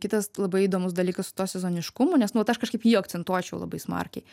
kitas labai įdomus dalykas su tuo sezoniškumu nes nu vat aš kažkaip jį akcentuočiau labai smarkiai